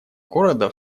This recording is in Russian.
города